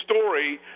story